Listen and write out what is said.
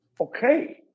Okay